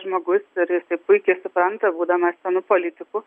žmogus ir jisai puikiai supranta būdamas senu politiku